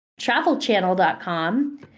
Travelchannel.com